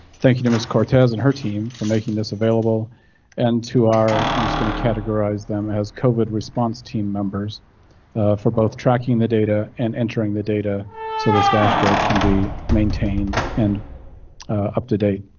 thank you, ms cortez and her team for making this available and two our um just going to categorize them as covid response team members for both tracking the data and entering the data so this dashboard can be maintained and up to date.